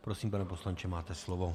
Prosím, pane poslanče, máte slovo.